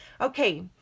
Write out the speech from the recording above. Okay